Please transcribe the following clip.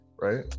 right